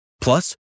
Plus